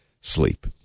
sleep